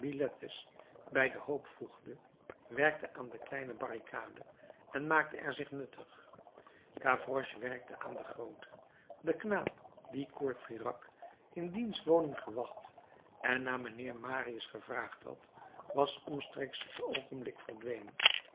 bij den hoop voegde werkte aan de kleine barricade en maakte er zich nuttig gavroche werkte aan de groote de knaap die courfeyrac in diens woning gewacht en naar mijnheer marius gevraagd had was omstreeks het oogenblik verdwenen